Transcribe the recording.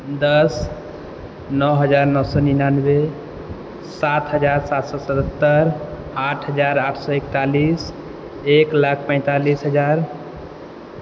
दस नओ हजार नओ सए निनानबे सात हजार सात सए सतहत्तर आठ हजार आठ सए एकतालिस एक लाख पैन्तालिस हजार